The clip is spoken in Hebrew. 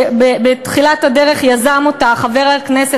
שבתחילת הדרך יזם אותה חבר הכנסת,